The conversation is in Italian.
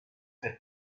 per